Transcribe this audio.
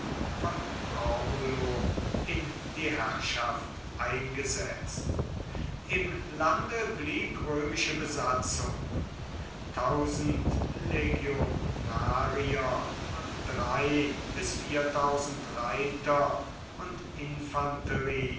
von corbulo in die herrschaft eingesetzt im lande blieb römische besatzung tausend legionarier und drei bis viertausend reiter und